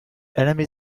enemy